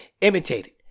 imitated